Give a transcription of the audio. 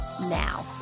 now